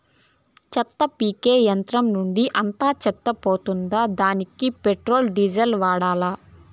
చెత్త పీకే యంత్రం నుండి అంతా చెత్త పోతుందా? దానికీ పెట్రోల్, డీజిల్ వాడాలా?